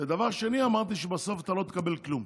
ודבר שני, אמרתי שבסוף אתה לא תקבל כלום